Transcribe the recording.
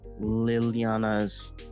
liliana's